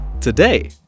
Today